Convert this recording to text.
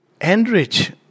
Enrich